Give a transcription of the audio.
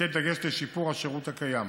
לשם דגש על שיפור השירות הקיים.